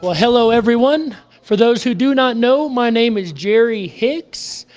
ah hello everyone! for those who do not know, my name is jerry hicks.